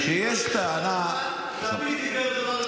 אני דיברתי דבר אחד, ולפיד דיבר דבר אחר.